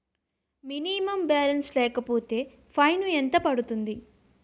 Minimum balance లేకపోతే fine ఎంత పడుతుంది?